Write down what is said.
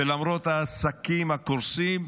ולמרות העסקים הקורסים,